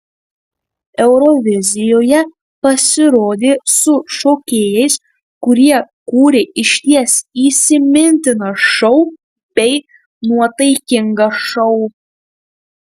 eurovizijoje pasirodė su šokėjais kurie kūrė išties įsimintiną šou bei nuotaikingą šou